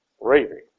Raving